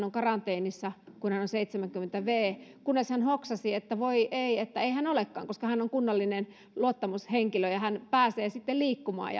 on karanteenissa kun hän on seitsemänkymmentä v kunnes hän hoksasi että voi ei eihän olekaan koska hän on kunnallinen luottamushenkilö ja hän pääsee sitten liikkumaan